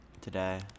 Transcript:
today